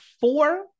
four